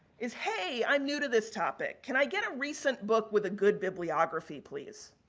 is hey i'm new to this topic, can i get a recent book with a good bibliography please.